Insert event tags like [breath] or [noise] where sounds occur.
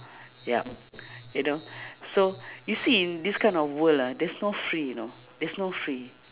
yup you know [breath] so you see in this kind of world ah there's no free you know there's no free